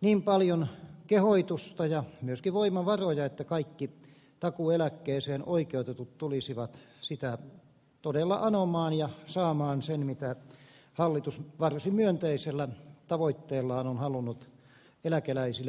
niin paljon kehotusta ja myöskin voimavaroja että kaikki takuueläkkeeseen oikeutetut tulisivat sitä todella anomaan ja saamaan sen mitä hallitus varsin myönteisellä tavoitteellaan on halunnut eläkeläisille antaa